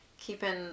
keeping